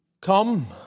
come